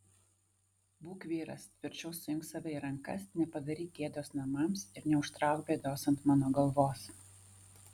būk vyras tvirčiau suimk save į rankas nepadaryk gėdos namams ir neužtrauk bėdos ant mano galvos